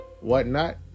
whatnot